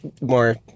more